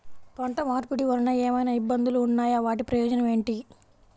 పంట మార్పిడి వలన ఏమయినా ఇబ్బందులు ఉన్నాయా వాటి ప్రయోజనం ఏంటి?